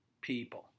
people